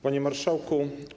Panie Marszałku!